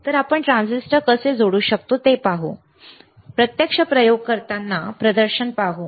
तर आपण ट्रान्झिस्टर कसे जोडू शकतो ते पाहू प्रत्यक्ष प्रयोग करताना प्रदर्शन पाहू